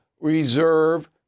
reserve